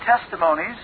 testimonies